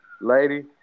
lady